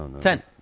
Ten